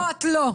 לא, את לא.